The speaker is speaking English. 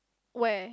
where